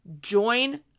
join